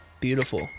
Beautiful